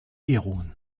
ehrungen